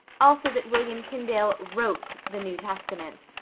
also that william tyndale wrote the new testament.